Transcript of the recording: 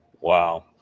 Wow